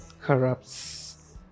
corrupts